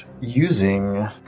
using